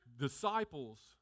Disciples